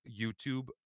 YouTube